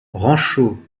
rancho